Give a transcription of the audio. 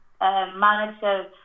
manager